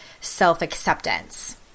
self-acceptance